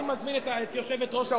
אני מזמין את יושבת-ראש האופוזיציה,